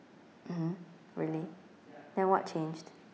mmhmm really then what changed